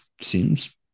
seems